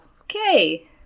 okay